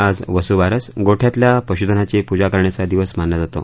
आज वसुबारस गोठ्यातल्या पशुधनाची पूजा करण्याचा दिवस मानला जातो